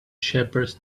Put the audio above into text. shepherds